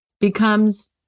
becomes